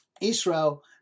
Israel